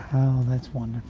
that's wonderful.